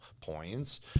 points